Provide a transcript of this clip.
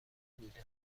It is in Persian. بوده